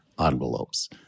envelopes